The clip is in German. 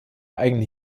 eigene